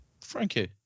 Frankie